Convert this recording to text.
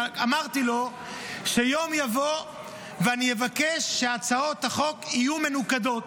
ואמרתי לו שיום יבוא ואני אבקש שהצעות החוק יהיו מנוקדות.